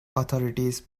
authorities